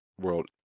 world